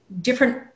different